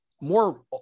more